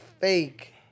fake